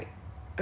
already right